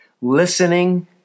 Listening